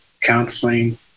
counseling